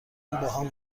باهام